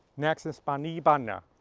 next is banda y banda.